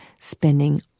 spending